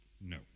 No